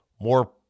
more